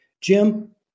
Jim